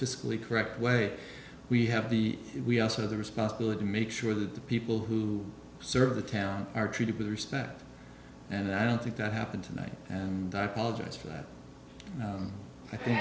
fiscally correct way we have the we also have the responsibility to make sure that the people who serve the town are treated with respect and i don't think that happened tonight and i apologize for that i think